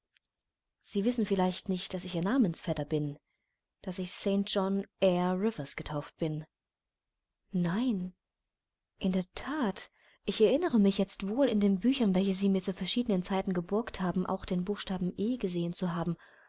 sie wissen vielleicht nicht daß ich ihr namensvetter bin daß ich st john eyre rivers getauft bin nein in der that ich erinnere mich jetzt wohl in den büchern welche sie mir zu verschiedenen zeiten geborgt haben auch den buchstaben e gesehen zu haben